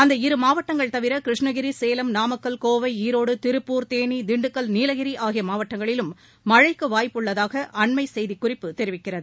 அந்த இரு மாவட்டங்கள் தவிர கிருஷ்ணகிரி சேலம் நாமக்கல் கோவை ஈரோடு திருப்பூர் தேனி திண்டுக்கல் நீலகிரி ஆகிய மாவட்டங்களிலும் மழைக்கு வாய்ப்புள்ளதாக அம்மையத்தின் செய்திக்குறிப்பு தெரிவிக்கிறது